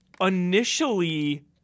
initially